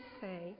say